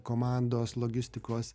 komandos logistikos